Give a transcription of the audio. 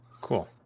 Cool